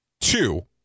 two